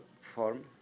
form